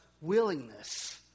willingness